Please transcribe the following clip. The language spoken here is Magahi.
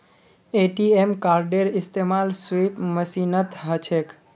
ए.टी.एम कार्डेर इस्तमाल स्वाइप मशीनत ह छेक